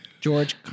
George